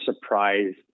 surprised